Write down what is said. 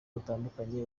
butandukanye